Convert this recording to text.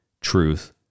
truth